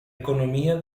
economía